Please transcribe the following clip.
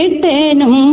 tenum